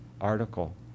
article